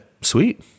Sweet